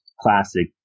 classic